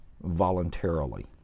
voluntarily